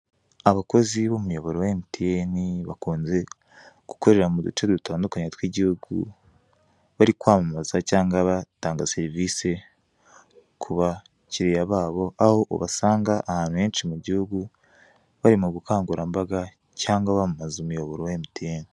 Abakozi b'umuyoboro wa MTN, bakunze gukorera mu duce dutandukanye tw'igihugu, bari kwamamaza cyangwa batanga serivisi ku bakiriya babo, aho ubasanga ahantu henshi mu gihugu, bari mu bukangurambaga cyangwa bamamaza umuyoboro wa MTN.